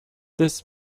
this